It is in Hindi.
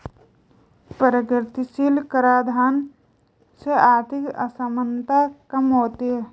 प्रगतिशील कराधान से आर्थिक असमानता कम होती है